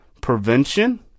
prevention